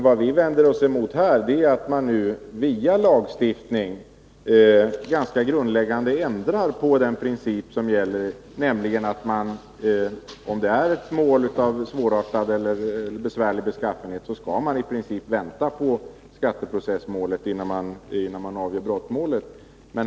Vad vi vänder oss mot är att man nu via lagstiftning skall kunna grundläggande ändra på den princip som gäller, nämligen att man om det är ett mål av besvärlig beskaffenhet i princip skall vänta på skatteprocessen, innan man avgör brottmålet.